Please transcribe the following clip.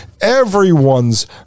everyone's